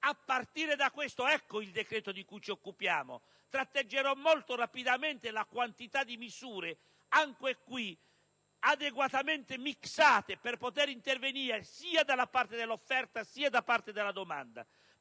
questo strumento. Ecco ora il decreto di cui ci occupiamo. Tratteggerò molto rapidamente la quantità di misure anche in questo caso adeguatamente mixate per poter intervenire sia dalla parte dell'offerta che dalla parte della domanda.